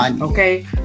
okay